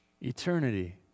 eternity